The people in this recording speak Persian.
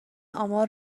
آمار